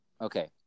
Okay